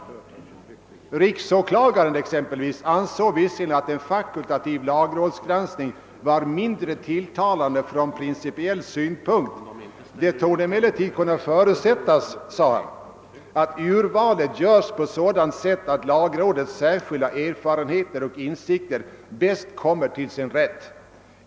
Riksåklagaren exempelvis ansåg visserligen att en fakultativ lagrådsgranskning var mindre tilltalande från principiell synpunkt. Han tillade emellertid: »Det torde kunna förutsättas att urvalet görs på sådant sätt att lagrådets särskilda erfarenheter och insikter bäst kommer till sin rätt.